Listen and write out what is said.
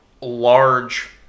large